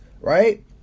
right